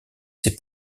ses